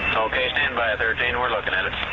okay stand by ah thirteen, we're looking at it.